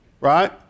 right